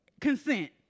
consent